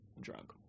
drunk